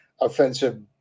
offensive